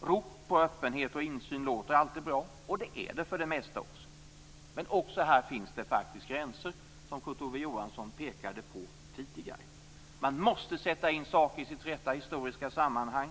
Rop på öppenhet och insyn låter alltid bra, och är det för det mesta också. Men också här finns det gränser, som Kurt Ove Johansson pekade på tidigare. Man måste sätta in saker i deras rätta historiska sammanhang.